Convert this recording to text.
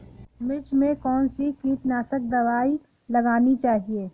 मिर्च में कौन सी कीटनाशक दबाई लगानी चाहिए?